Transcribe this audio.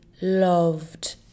loved